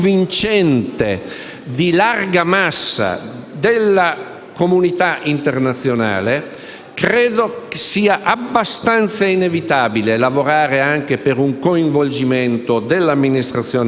approdando a una politica non del tutto chiara. Credo, però, che faremmo male a trascurare anche il ruolo dell'importante Nazione americana.